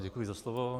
Děkuji za slovo.